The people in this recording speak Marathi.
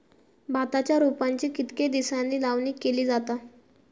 भाताच्या रोपांची कितके दिसांनी लावणी केली जाता?